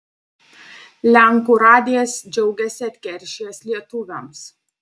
lenkų radijas džiaugiasi atkeršijęs lietuviams